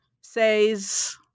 says